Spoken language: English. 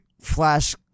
flash